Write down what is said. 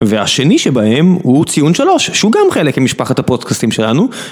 והשני שבהם הוא ציון שלוש שהוא גם חלק ממשפחת הפודקאסטים שלנו